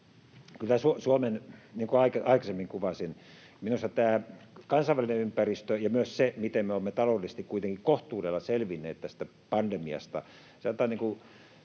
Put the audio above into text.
kuin aikaisemmin kuvasin, minusta tämä kansainvälinen ympäristö ja myös se, miten me olemme taloudellisesti kuitenkin kohtuudella selvinneet tästä pandemiasta,